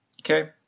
Okay